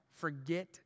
forget